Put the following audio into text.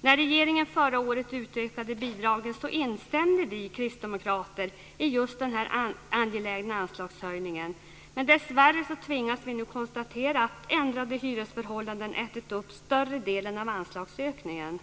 När regeringen förra året ökade bidragen instämde vi kristdemokrater i denna angelägna anslagshöjning. Dessvärre tvingas vi nu konstatera att ändrade hyresförhållanden ätit upp större delen av anslagsökningen.